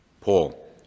Paul